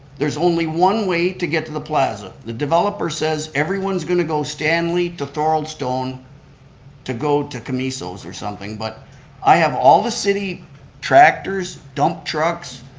there's only one way to get to the plaza. the developer says, everyone's going to go stanley to thorold stone to go to commisso's or something, but i have all the city tractors, dump trucks,